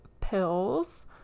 Pills